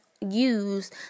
use